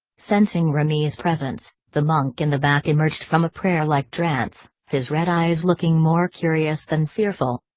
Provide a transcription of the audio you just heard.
sensing remy's presence, the monk in the back emerged from a prayer-like trance, his red eyes looking more curious than fearful.